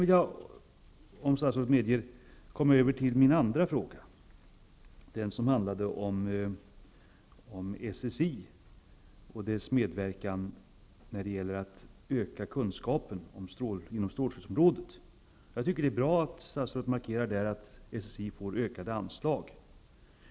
Jag återkommer till min andra fråga, som handlade om SSI och dess medverkan när det gäller att öka kunskapen inom strålskyddsområdet. Det är bra, tycker jag, att statsrådet markerar att SSI får ökade anslag.